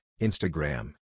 Instagram